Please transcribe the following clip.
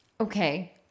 Okay